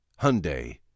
Hyundai